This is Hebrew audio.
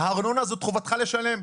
את הארנונה זאת חובתך לשלם,